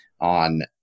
on